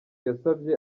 yasabye